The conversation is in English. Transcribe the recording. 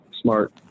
smart